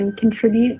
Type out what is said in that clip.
contribute